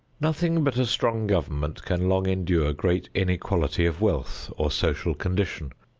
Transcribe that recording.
nothing but a strong government can long endure great inequality of wealth or social condition.